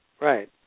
Right